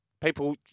people